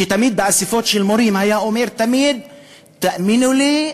שתמיד באספות מורים היה אומר: תאמינו לי,